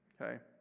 Okay